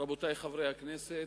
רבותי חברי הכנסת,